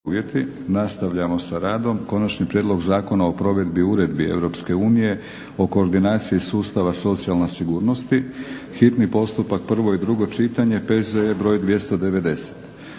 (HNS)** Nastavljamo sa radom. - Konačni prijedlog zakona o provedbi uredbi Europske unije o koordinaciji sustava socijalne sigurnosti, hitni postupak, prvo i drugo čitanje, PZE br. 290